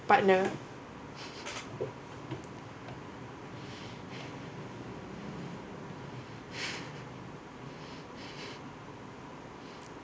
partner